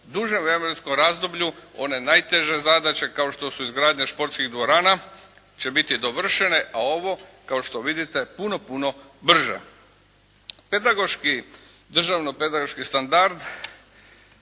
dužem vremenskom razdoblju, one najteže zadaće kao što su izgradnja športskih dvorana će biti dovršene, a ovo kao što vidite puno, puno brže. Državni pedagoški standard